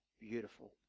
beautiful